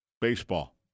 Baseball